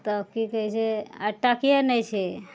तऽ की कहय छै आइ टके नहि छै